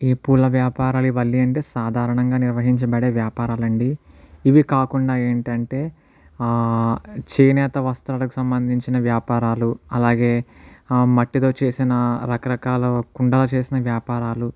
ఈ పూల వ్యాపారాలు ఇవల్లి అంటే ఏంటి అంటే సాధారణంగా నిర్వహించబడే వ్యాపారాలు అండి ఇవి కాకుండా ఏంటి అంటే చేనేత వస్త్రాలకు సంబంధించిన వ్యాపారాలు అలాగే మట్టితో చేసిన రకరకాల కుండాలు చేసిన వ్యాపారాలు